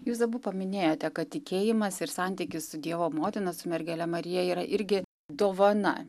jūs abu paminėjote kad tikėjimas ir santykis su dievo motina su mergele marija yra irgi dovana